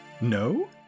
no